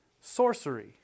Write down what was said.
Sorcery